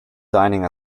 dining